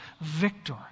victor